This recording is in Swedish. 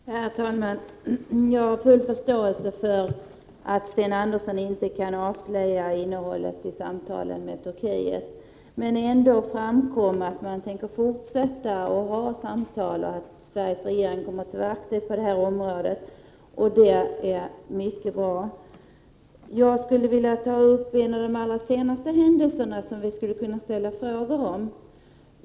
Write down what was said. Herr talman! Jag har full förståelse för att Sten Andersson inte kan avslöja innehållet i samtalen med Turkiet. Men det framkom ändå att man tänker fortsätta att föra samtal och att Sveriges regering kommer att vara aktiv på det området, och det är mycket bra. Jag vill ta upp en av de allra senaste händelserna som vi skulle kunna ställa frågor om.